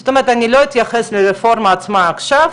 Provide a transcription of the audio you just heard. זאת אומרת אני לא אתייחס לרפורמה עצמה עכשיו,